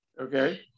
Okay